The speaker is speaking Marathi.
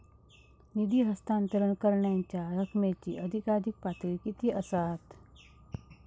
निधी हस्तांतरण करण्यांच्या रकमेची अधिकाधिक पातळी किती असात?